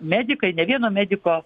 medikai ne vieno mediko